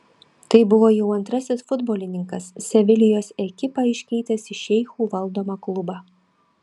tai buvo jau antrasis futbolininkas sevilijos ekipą iškeitęs į šeichų valdomą klubą